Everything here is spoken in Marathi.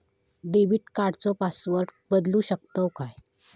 डेबिट कार्डचो पासवर्ड बदलु शकतव काय?